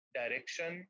direction